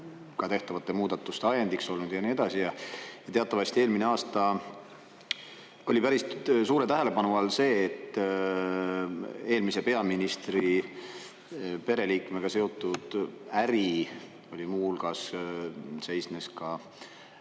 tehtavate muudatuste ajendiks olnud ja nii edasi. Teatavasti eelmine aasta oli päris suure tähelepanu all see, et eelmise peaministri pereliikmega seotud äri muu hulgas seisnes